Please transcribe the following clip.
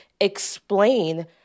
explain